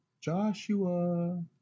Joshua